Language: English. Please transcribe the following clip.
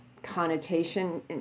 connotation